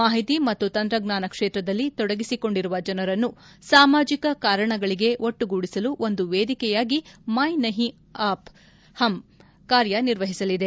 ಮಾಹಿತಿ ಮತ್ತು ತಂತ್ರಜ್ಞಾನ ಕ್ಷೇತ್ರದಲ್ಲಿ ತೊಡಗಿಸಿಕೊಂಡಿರುವ ಜನರನ್ನು ಸಾಮಾಜಿಕ ಕಾರಣಗಳಿಗೆ ಒಟ್ಟುಗೂಡಿಸಲು ಒಂದು ವೇದಿಕೆಯಾಗಿ ಮೈ ನಹೀ ಹಮ್ ಕಾರ್ಯನಿರ್ವಹಿಸಲಿದೆ